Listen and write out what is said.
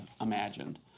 imagined